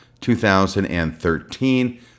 2013